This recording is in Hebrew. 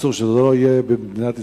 בקיצור שזה לא יהיה במדינת ישראל.